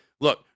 look